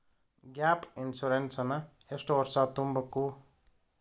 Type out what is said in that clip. Gap insurance ನ ಎಷ್ಟ್ ವರ್ಷ ತುಂಬಕು?